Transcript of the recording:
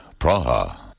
Praha